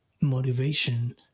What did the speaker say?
motivation